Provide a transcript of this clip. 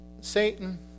Satan